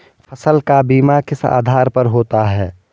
फसल का बीमा किस आधार पर होता है?